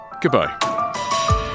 Goodbye